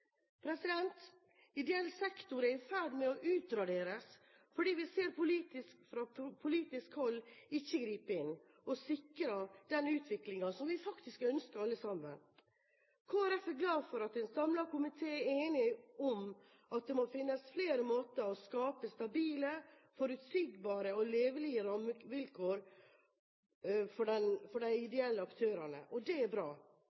ideelle. Ideell sektor er i ferd med å utraderes, fordi vi fra politisk hold ikke griper inn og sikrer den utviklingen som vi faktisk ønsker alle sammen. Kristelig Folkeparti er glad for at en samlet komité er enig om at det må finnes flere måter å skape stabile, forutsigbare og levelige rammevilkår på for de ideelle aktørene, og det er bra.